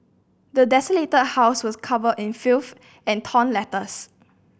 the desolated house was covered in filth and torn letters